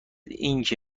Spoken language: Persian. اینکه